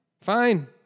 Fine